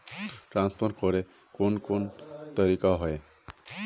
Transfer करे के कोन कोन तरीका होय है?